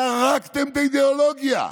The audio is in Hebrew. זרקתם את האידיאולוגיה.